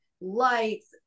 lights